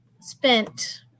spent